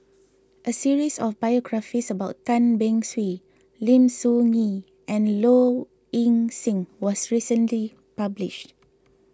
a series of biographies about Tan Beng Swee Lim Soo Ngee and Low Ing Sing was recently published